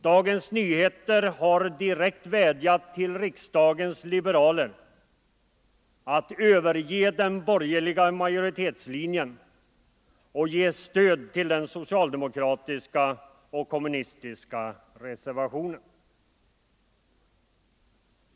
Dagens Nyheter har direkt vädjat till riksdagens liberaler att överge den borgerliga majoritetslinjen och ge stöd till den socialdemokratiska och kommunistiska reservationen.